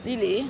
really